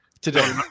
Today